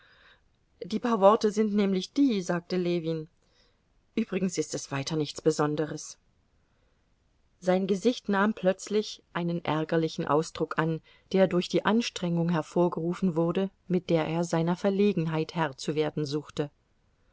die paar worte sind nämlich die sagte ljewin übrigens ist es weiter nichts besonderes sein gesicht nahm plötzlich einen ärgerlichen ausdruck an der durch die anstrengung hervorgerufen wurde mit der er seiner verlegenheit herr zu werden suchte